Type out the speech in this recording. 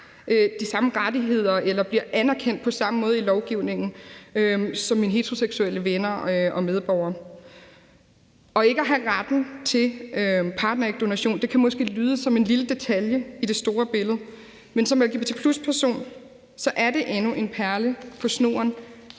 de samme rettigheder eller bliver anerkendt på den samme måde i lovgivningen som mine heteroseksuelle venner og medborgere. Ikke at have retten til partnerægdonation kan måske lyde som en lille detalje i det store billede, men for en lgbt+-person er det endnu en perle på snoren